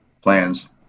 plans